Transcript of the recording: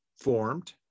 formed